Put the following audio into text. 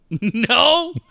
no